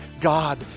God